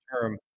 term